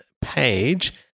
page